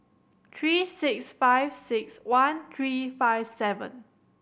three six five six one three five seven